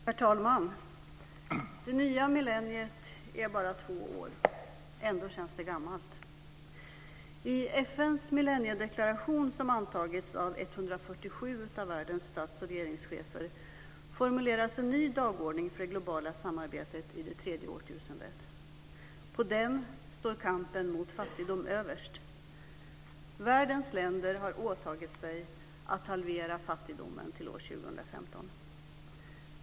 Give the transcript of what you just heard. Herr talman! Det nya millenniet är bara två år. Ändå känns det gammalt. av världens stats och regeringschefer, formuleras en ny dagordning för det globala samarbetet i det tredje årtusendet. På den står kampen mot fattigdomen överst. Världens länder har åtagit sig att halvera fattigdomen till år 2015.